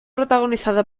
protagonizada